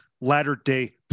latter-day